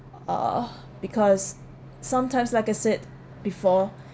uh because sometimes like I said before